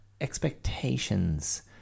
expectations